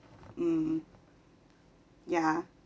mm ya